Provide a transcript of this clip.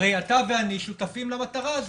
הרי אתה ואני שותפים למטרה הזאת.